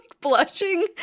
blushing